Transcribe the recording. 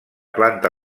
planta